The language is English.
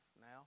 now